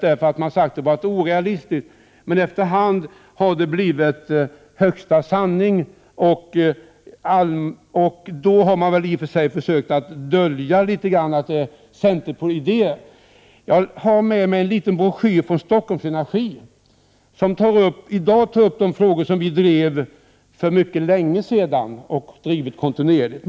Man har sagt att våra förslag har varit orealistiska, men efter hand har de blivit högsta sanning, och då har man litet grand försökt dölja att det varit fråga om centeridéer. Jag har tagit med mig en liten broschyr från Stockholms Energi, där man nyss har tagit upp frågor som vi sedan länge har drivit kontinuerligt.